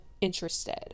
interested